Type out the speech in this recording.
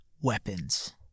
weapons